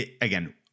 again